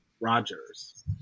Rogers